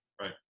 right